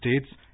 States